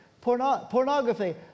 pornography